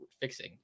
fixing